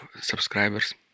subscribers